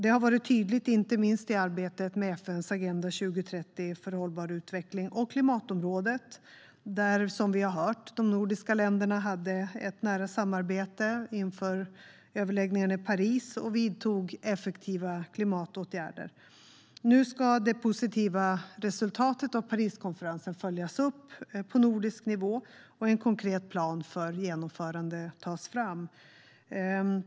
Det har varit tydligt inte minst i arbetet med FN:s Agenda 2030 för hållbar utveckling och klimatområdet, där de nordiska länderna som vi har hört hade ett nära samarbete inför överläggningarna i Paris och vidtog effektiva klimatåtgärder. Nu ska det positiva resultatet av Pariskonferensen följas upp på nordisk nivå, och en konkret plan för genomförande tas fram.